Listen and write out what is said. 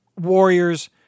Warriors